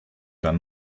dann